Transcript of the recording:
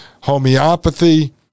homeopathy